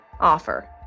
offer